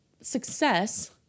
success